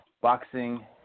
boxing